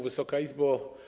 Wysoka Izbo!